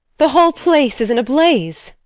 the whole place is in a blaze!